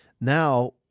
now